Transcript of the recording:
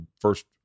first